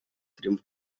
triomf